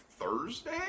Thursday